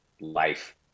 life